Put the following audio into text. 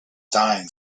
dying